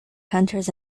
hunters